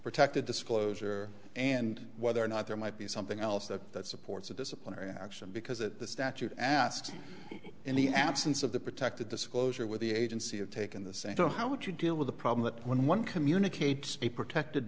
protected disclosure and whether or not there might be something else that that supports a disciplinary action because at the statute asked in the absence of the protective disclosure with the agency have taken the same tone how would you deal with a problem that when one communicates a protected